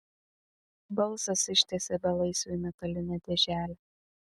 balsas ištiesė belaisviui metalinę dėželę